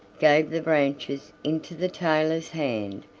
gave the branches into the tailor's hand,